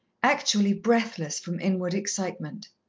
actually breathless from inward excitement.